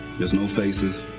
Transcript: there's no faces,